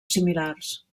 similars